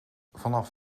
vanaf